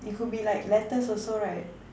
it could be like letters also right